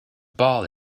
ball